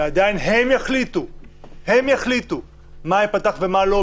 ועדיין הם יחליטו מה ייפתח ומה לא,